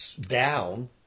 down